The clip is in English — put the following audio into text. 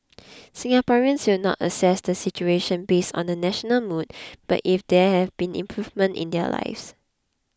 Singaporeans will not assess the situation based on the national mood but if there have been improvements in their lives